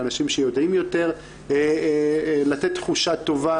לאנשים שיודעים יותר לתת תחושה טובה